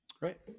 right